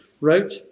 wrote